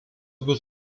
bus